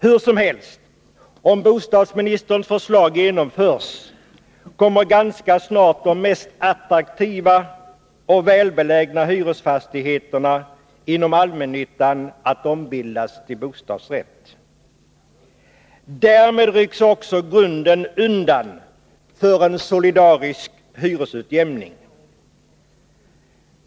Hur som helst, om bostadsministerns förslag genomförs, kommer ganska snart de mest attraktiva och välbelägna hyresfastigheterna inom allmännyttan att ombildas till bostadsrätter. Därmed rycks också grunden undan för en solidarisk hyresutjämning.